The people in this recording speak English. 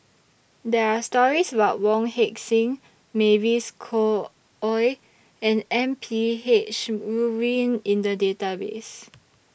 There Are stories about Wong Heck Sing Mavis Khoo Oei and M P H Rubin in The Database